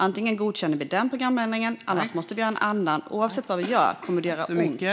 Antingen godkänner vi den programändringen, eller också måste vi ha en annan. Oavsett vad vi gör kommer det att göra ont.